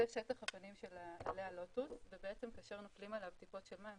זה שטח הפנים של עלה הלוטוס וכאשר נופלות עליו טיפות מים,